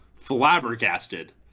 flabbergasted